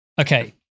Okay